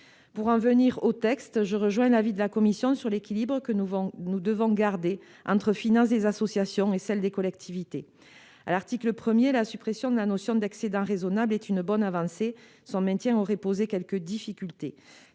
Pour en venir au texte, je rejoins l'avis de la commission : nous devons conserver l'équilibre entre les finances des associations et celles des collectivités. À l'article 1, la suppression de la notion d'excédent raisonnable est une bonne avancée. Son maintien aurait posé quelques difficultés,